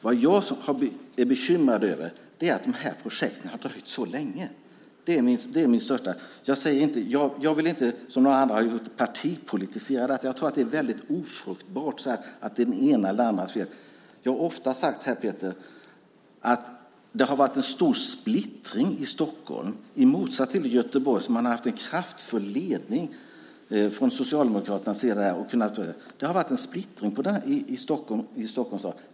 Vad jag är bekymrad över är att de här projekten har dröjt så länge. Det är mitt största bekymmer. Jag vill inte, som andra, partipolitisera detta. Jag tror att det är väldigt ofruktbart att diskutera huruvida det är den enes eller den andres fel. Jag har ofta sagt här, Peter, att det har varit en stor splittring i Stockholm, i motsats till Göteborg där man har haft en kraftfull ledning från Socialdemokraternas sida. Det har varit en splittring i Stockholms stad.